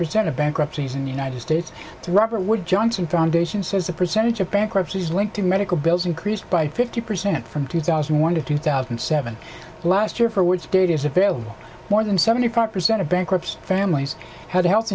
percent of bankruptcies in the united states robert wood johnson foundation says the percentage of bankruptcies linked to medical bills increased by fifty percent from two thousand and one to two thousand and seven last year for words data is available more than seventy five percent of bankruptcy families had health